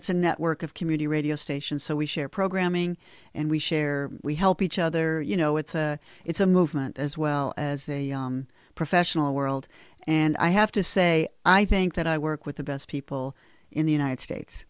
it's a network of community radio stations so we share programming and we share we help each other you know it's a it's a movement as well as a professional world and i have to say i think that i work with the best people in the united states